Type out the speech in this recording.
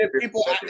people